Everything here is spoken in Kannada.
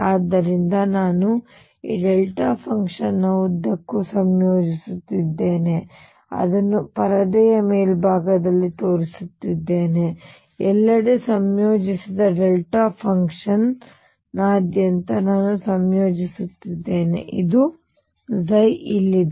ಆದ್ದರಿಂದ ನಾನು ಈ ಡೆಲ್ಟಾ ಫಂಕ್ಷನ್ ನ ಉದ್ದಕ್ಕೂ ಸಂಯೋಜಿಸುತ್ತಿದ್ದೇನೆ ನಾನು ಅದನ್ನು ಪರದೆಯ ಮೇಲ್ಭಾಗದಲ್ಲಿ ತೋರಿಸುತ್ತಿದ್ದೇನೆ ನಾನು ಎಲ್ಲೆಡೆ ಸಂಯೋಜಿಸಿದ ಡೆಲ್ಟಾ ಫಂಕ್ಷನ್ ನಾದ್ಯಂತ ನಾನು ಸಂಯೋಜಿಸುತ್ತಿದ್ದೇನೆ ಇದು ಇಲ್ಲಿದೆ